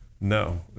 No